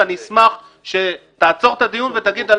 ואני אשמח שתעצור את הדיון ותגיד על